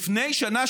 לפני שנה,